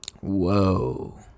Whoa